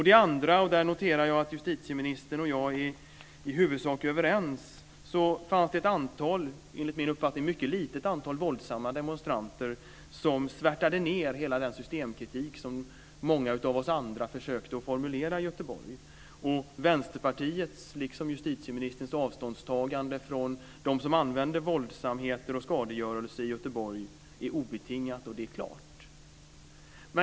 Det andra - och där noterar jag att justitieministern och jag är i huvudsak överens - är att det fanns ett mycket litet antal våldsamma demonstranter som svärtade ned hela den systemkritik som många av oss andra försökte formulera i Göteborg. Vänsterpartiets, liksom justitieministerns, avståndstagande från dem som använde våldsamheter och skadegörelse i Göteborg är obetingat och klart.